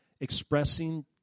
expressing